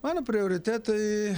mano prioritetai